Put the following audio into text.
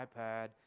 iPad